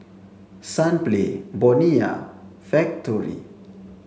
Sunplay Bonia Factorie